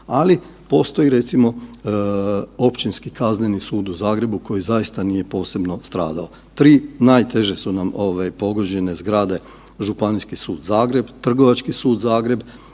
ali postoji recimo Općinski kazneni sud u Zagrebu koji zaista nije posebno stradao. 3 najteže su nam pogođene zgrade Županijski sud Zagreb, Trgovački sud Zagreb,